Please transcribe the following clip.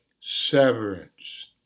Severance